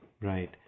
right